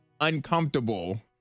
uncomfortable